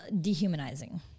dehumanizing